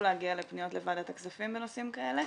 להגיע לפניות לוועדת הכספים בנושאים כאלה,